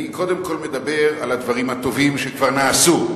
אני קודם כול מדבר על הדברים הטובים שכבר נעשו.